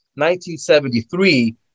1973